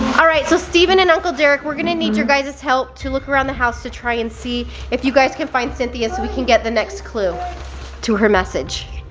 alright, so steven and uncle derek, we're gonna need your guy's help to look around the house to try and see if you guys can find cynthia so we can get the next clue to her message.